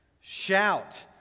Shout